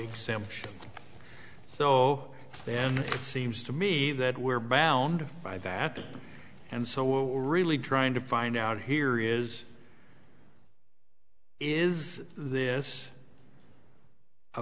exam so then it seems to me that we're bound by that and so we're really trying to find out here is is this a